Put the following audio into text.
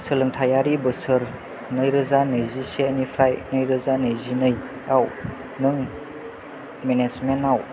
सोलोंथाइआरि बोसोर नैरोजा नैजिसेनिफ्राय नैरोजा नैजिनैयाव नों मेनेजमेन्टआव